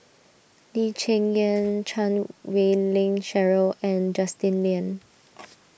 Lee Cheng Yan Chan Wei Ling Cheryl and Justin Lean